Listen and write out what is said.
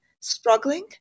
struggling